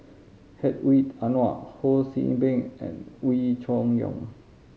Hedwig Anuar Ho See Beng and Wee Cho Yaw